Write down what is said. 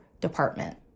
department